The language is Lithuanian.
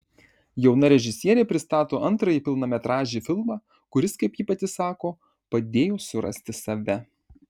jauna režisierė pristato antrąjį pilnametražį filmą kuris kaip ji pati sako padėjo surasti save